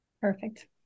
Perfect